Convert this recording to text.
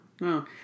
no